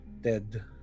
Dead